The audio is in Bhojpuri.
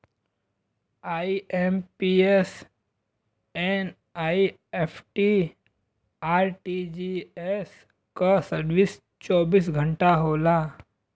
आई.एम.पी.एस, एन.ई.एफ.टी, आर.टी.जी.एस क सर्विस चौबीस घंटा होला